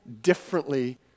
differently